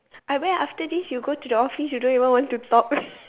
I wear after this you go to the office you don't even want to talk